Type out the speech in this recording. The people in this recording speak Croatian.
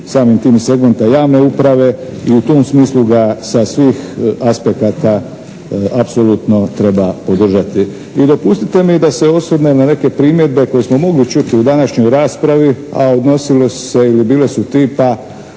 samim tim i segmenta javne uprave i u tom smislu ga sa svih aspekata apsolutno treba podržati. I dopustite mi da se osvrnem na neke primjedbe koje smo mogli čuti u današnjoj raspravi a odnosile su se ili bile su tipa